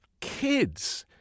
kids